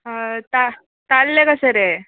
ता ताल्ले कशे रे